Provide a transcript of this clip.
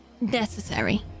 Necessary